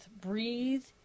Breathe